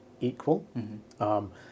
equal